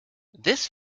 this